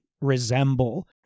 resemble